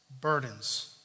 burdens